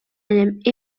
and